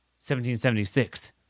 1776